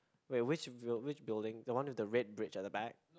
wait which buil~ which building the one with the red bridge at the back